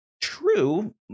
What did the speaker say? true